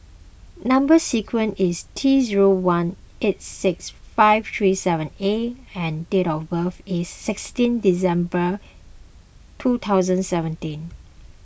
Number Sequence is T zero one eight six five three seven A and date of birth is sixteen December two thousand and seventeen